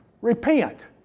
Repent